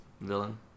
villain